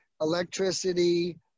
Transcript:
electricity